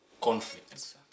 conflicts